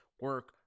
Work